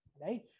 right